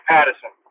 Patterson